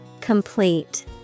Complete